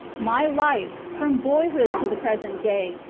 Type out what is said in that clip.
my life, from boyhood to the present day,